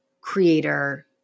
creator